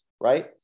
right